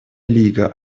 лига